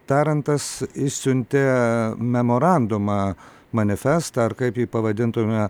tarantas išsiuntė memorandumą manifestą ar kaip jį pavadintume